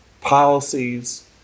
policies